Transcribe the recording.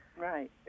Right